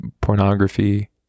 pornography